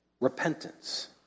Repentance